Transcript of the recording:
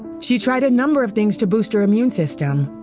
she tried a number of things to boost your immune system.